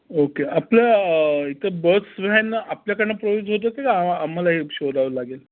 okay आपलं इथं bus आहे ना आपल्याकडनं प्रोव्हाइड होते की आम्हाला येऊन शोधावं लागेल